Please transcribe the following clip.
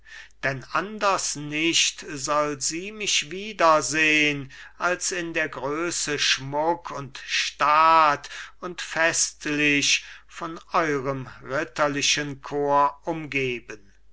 denn anders nicht soll sie mich wiedersehn als in der größe schmuck und staat und festlich von eurem ritterlichen chor umgeben